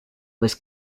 was